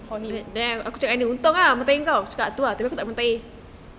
then you look for him